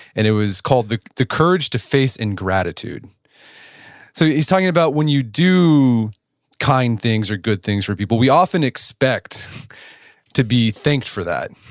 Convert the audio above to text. and it was called the the courage to face ingratitude. so he's talking about when you do kind things or good things for people, we often expect to be thanked for that,